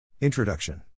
introduction